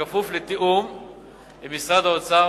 בכפוף לתיאום עם משרד האוצר,